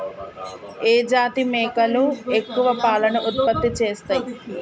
ఏ జాతి మేకలు ఎక్కువ పాలను ఉత్పత్తి చేస్తయ్?